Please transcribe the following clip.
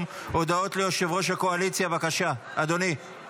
ההצעה להעביר את הצעת חוק קבלת ילד של משרת מילואים למעון יום